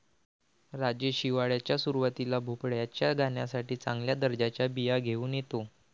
राजेश हिवाळ्याच्या सुरुवातीला भोपळ्याच्या गाण्यासाठी चांगल्या दर्जाच्या बिया घेऊन येतो